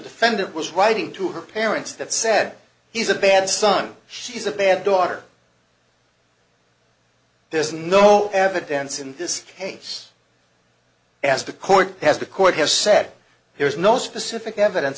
defendant was writing to her parents that said he's a bad son she's a bad daughter there's no evidence in this case as the court has the court has said there is no specific evidence